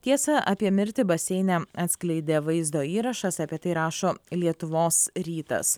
tiesą apie mirtį baseine atskleidė vaizdo įrašas apie tai rašo lietuvos rytas